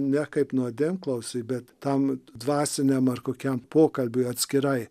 ne kaip nuodėmklausį bet tam dvasiniam ar kokiam pokalbiui atskirai